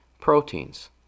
proteins